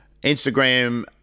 Instagram